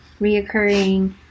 reoccurring